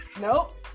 nope